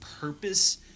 purpose